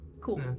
Cool